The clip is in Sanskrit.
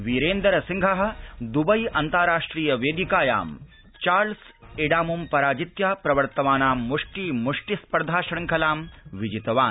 विरेन्दर सिंह दुबई अन्तराष्ट्रिय वेदिकायां चार्ल्स एडामुं पराजित्य प्रवर्तनमानां मुष्टी मुष्टि स्पर्धा शृंखलां विजितवान्